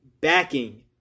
backing